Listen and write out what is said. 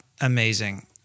amazing